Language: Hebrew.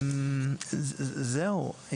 זהו.